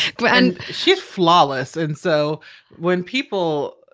do. and she's flawless. and so when people,